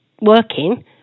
working